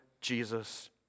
Jesus